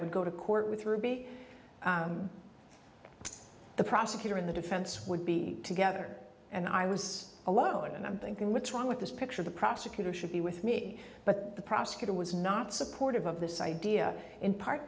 would go to court with ruby the prosecutor in the defense would be together and i was alone and i'm thinking what's wrong with this picture the prosecutor should be with me but the prosecutor was not supportive of this idea in part